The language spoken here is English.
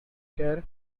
care